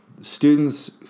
students